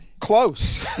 Close